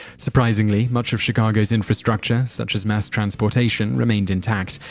surprisingly, much of chicago's infrastructure such as mass transportation remained intact.